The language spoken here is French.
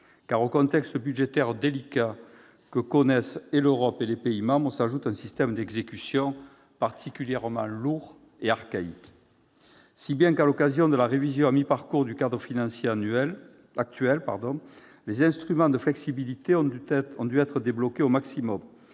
car, au contexte budgétaire délicat que connaissent à la fois l'Europe et les pays membres, s'ajoute un système d'exécution particulièrement lourd et archaïque. Ainsi, à l'occasion de la révision à mi-parcours du cadre financier actuel, les instruments de flexibilité ont dû être débloqués au maximum.